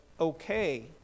okay